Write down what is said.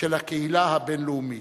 של הקהילה הבין-לאומית.